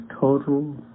total